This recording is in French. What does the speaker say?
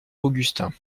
augustin